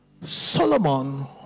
Solomon